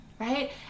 right